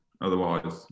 Otherwise